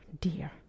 dear